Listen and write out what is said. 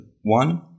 one